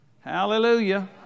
Hallelujah